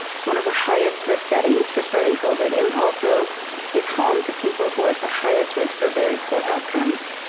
it's one of the highest risk settings for spreading covid and also is home to people who are at the highest risk for very poor outcomes.